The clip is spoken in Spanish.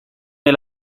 del